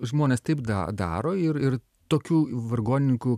žmonės taip da daro ir ir tokių vargonininkų